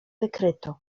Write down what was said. wykryto